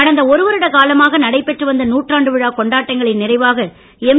கடந்த ஒருவருட காலமாக நடைபெற்று வந்த நூற்றாண்டு விழா கொண்டாட்டங்களின் நிறைவாக எம்